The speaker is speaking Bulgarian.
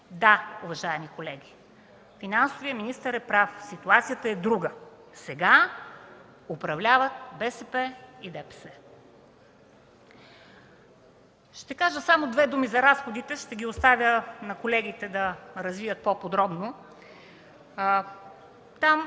Да, уважаеми колеги. Финансовият министър е прав – ситуацията е друга. Сега управляват БСП и ДПС. Ще кажа само две думи за разходите. Ще оставя на колегите да развият въпроса по-подробно.